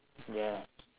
ya